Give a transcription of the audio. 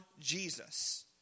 Jesus